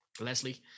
leslie